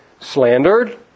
Slandered